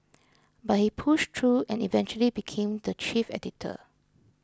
but he pushed through and eventually became the chief editor